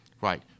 Right